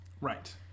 Right